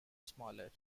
smaller